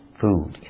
food